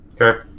Okay